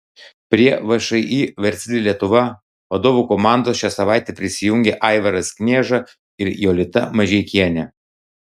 prie všį versli lietuva vadovų komandos šią savaitę prisijungė aivaras knieža ir jolita mažeikienė